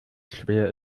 schwer